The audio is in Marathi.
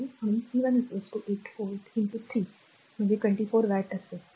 आहे म्हणून p 1 8 व्होल्ट 3 24 वॅट असेल